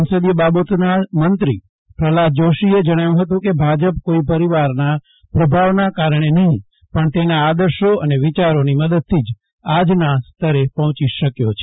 સંસદીય બાબતોના મંત્રી પ્રફલાદ જોશીએ જણાવ્યું ફતું કે ભાજપ કોઈ પરિવાર પ્રભાવ કારણે નહિ પણ તેના આદર્શો અને વિચારોની મદદ થી જ આજના સ્તરે પહોચી શક્યો છે